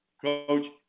coach